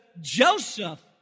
Joseph